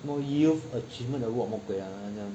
什么 youth achievement award 什么鬼 lah